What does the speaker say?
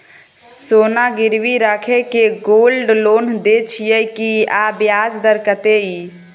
सोना गिरवी रैख के गोल्ड लोन दै छियै की, आ ब्याज दर कत्ते इ?